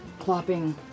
clopping